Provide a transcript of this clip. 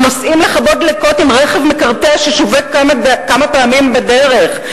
הם נוסעים לכבות דלקות עם רכב מקרטע ששובק כמה פעמים בדרך.